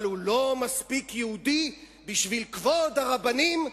אבל הוא לא מספיק יהודי בשביל "כבוד" הרבנים,